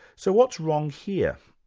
so what's wrong here?